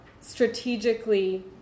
strategically